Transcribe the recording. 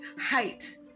height